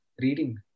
reading